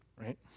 right